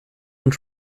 und